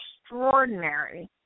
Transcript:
extraordinary